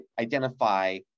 identify